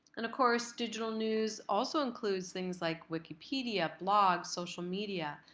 and of course, digital news also includes things like wikipedia, blogs, social media.